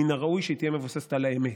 מן הראוי שהיא תהיה מבוססת על האמת.